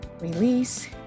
release